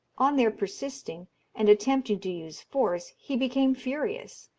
on their persisting and attempting to use force he became furious,